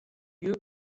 lieu